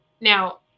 now